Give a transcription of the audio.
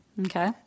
Okay